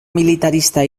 militarista